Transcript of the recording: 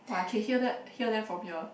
!wah! I can hear that hear them from here